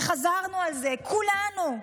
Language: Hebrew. וחזרנו על זה, כולנו.